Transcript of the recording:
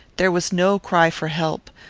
there was no cry for help.